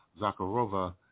Zakharova